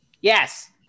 Yes